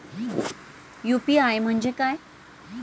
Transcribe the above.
UPI म्हणजे काय?